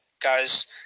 guys